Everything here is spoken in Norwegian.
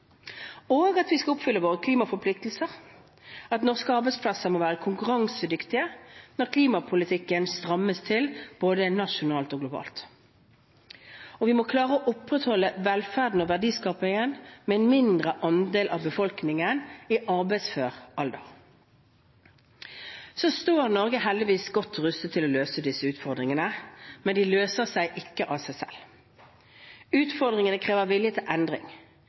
tiårene, at vi skal oppfylle våre klimaforpliktelser, og at norske arbeidsplasser må være konkurransedyktige når klimapolitikken strammes til, både nasjonalt og globalt. Vi må klare å opprettholde velferden og verdiskapingen med en mindre andel av befolkningen i arbeidsfør alder. Norge står heldigvis godt rustet til å løse disse utfordringene. Men de løser seg ikke selv. Utfordringene krever vilje til endring.